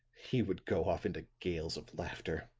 he would go off into gales of laughter.